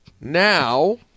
Now